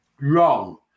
wrong